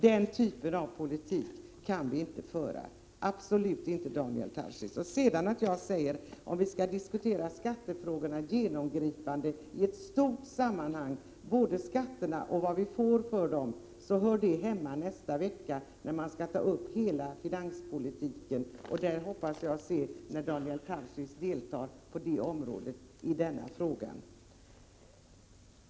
Den typen av politik kan vi absolut inte föra, Daniel Tarschys. Om vi skall diskutera skattefrågorna genomgripande, i ett stort sammanhang, både skatterna och vad vi får för dem, så hör det hemma i debatten om finanspolitiken i nästa vecka. Där hoppas jag att Daniel Tarschys kommer att delta.